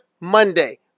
Monday